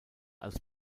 als